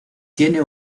tiene